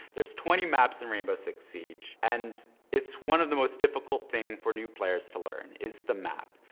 there's twenty maps in rainbow six siege, and it's one of the most difficult thing for new players to learn is the map.